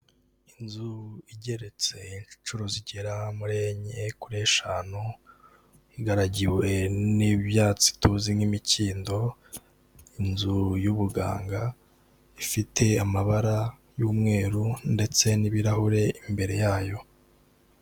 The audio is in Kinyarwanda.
Inzu igeretse inshuro zigera muri enye kuri eshanu, igaragiwe n'ibyatsi tuzi nk'imikindo, inzu y'ubuganga ifite amabara y'umweru ndetse n'ibirahure imbere yayo.